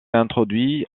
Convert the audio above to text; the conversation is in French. introduit